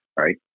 right